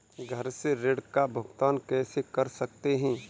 घर से ऋण का भुगतान कैसे कर सकते हैं?